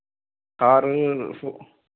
Thar